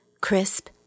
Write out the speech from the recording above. crisp